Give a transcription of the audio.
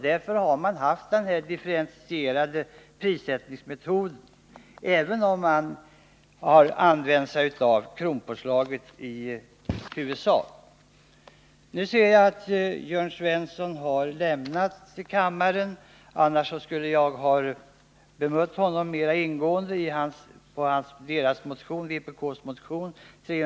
Därför har man använt denna differentierade prissättningsmetod, även om man i huvudsak har använt sig av kronpåslag. Jag hade för avsikt att ingående bemöta Jörn Svenssons anförande på den punkt som rörde vpk:s motion 396, men jag ser att han nu har lämnat kammaren, varför jag avstår från det.